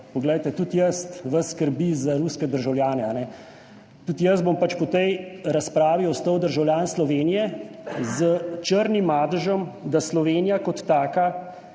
poglejte, tudi jaz, vas skrbi za ruske državljane, tudi jaz bom pač po tej razpravi ostal državljan Slovenije s črnim madežem, da Slovenija kot taka